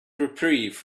reprieve